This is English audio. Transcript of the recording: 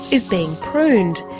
is being pruned,